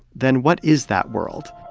then what is that world?